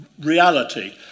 reality